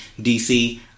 DC